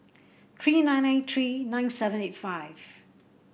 three nine nine three nine seven eight five